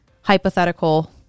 hypothetical